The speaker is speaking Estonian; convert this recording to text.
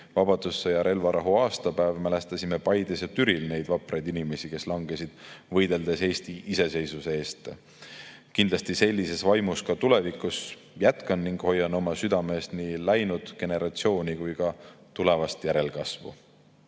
vabadussõja relvarahu aastapäev, mälestasime Paides ja Türil neid vapraid inimesi, kes langesid, võideldes Eesti iseseisvuse eest. Kindlasti sellises vaimus ma tulevikus jätkan ning hoian oma südames nii läinud generatsiooni kui ka tulevast järelkasvu.